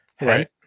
right